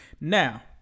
now